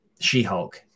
she-hulk